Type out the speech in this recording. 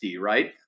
right